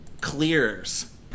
clears